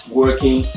working